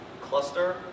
cluster